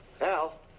Al